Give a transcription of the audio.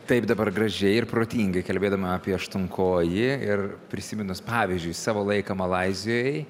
taip dabar gražiai ir protingai kalbėdama apie aštunkojį ir prisiminus pavyzdžiui savo laiką malaizijoj